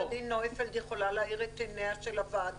אולי עורכת הדין נויפלד יכולה להאיר את עיניה של הוועדה